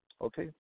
Okay